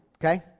Okay